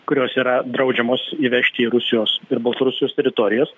kurios yra draudžiamos įvežti į rusijos ir baltarusijos teritorijas